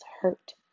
hurt